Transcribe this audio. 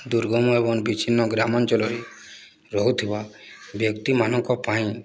ଦୁର୍ଗମ ଏବଂ ବିଚ୍ଛିନ୍ନ ଗ୍ରାମଞ୍ଚଳରେ ରହୁଥିବା ବ୍ୟକ୍ତିମାନଙ୍କ ପାଇଁ